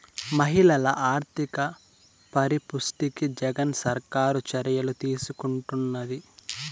మహిళల ఆర్థిక పరిపుష్టికి జగన్ సర్కారు చర్యలు తీసుకుంటున్నది